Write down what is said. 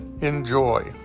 enjoy